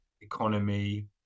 economy